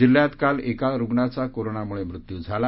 जिल्ह्या काल एका रुग्णाचा कोरोनामुळे मृत्यू झाला